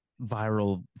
viral